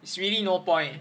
it's really no point